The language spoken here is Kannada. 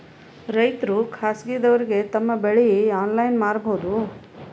ರೈತರು ಖಾಸಗಿದವರಗೆ ತಮ್ಮ ಬೆಳಿ ಆನ್ಲೈನ್ ಮಾರಬಹುದು?